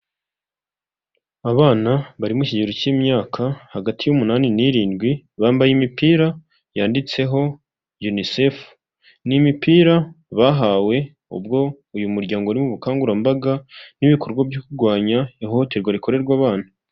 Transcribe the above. Abana bari mu kigero cy'imyaka hagati y'umunani n'irindwi, bambaye imipira yanditseho UNICEFU, ni imipira bahawe ubwo uyu muryango wari mu bukangurambaga n'ibikorwa byo kurwanya ihohoterwa rikorerwa abana.